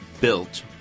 built